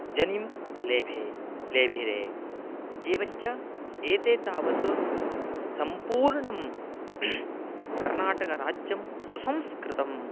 जनिं लेभे लेभिरे एवं च एते तावत् सम्पूर्णं कर्नाटकराज्यं सुसंस्कृतम्